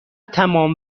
تمام